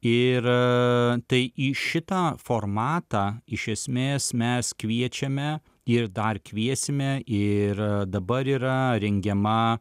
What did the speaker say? ir tai į šitą formatą iš esmės mes kviečiame ir dar kviesime ir dabar yra rengiama